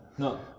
No